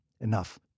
enough